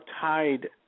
tied